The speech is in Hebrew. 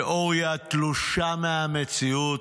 תיאוריה תלושה מהמציאות,